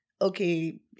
okay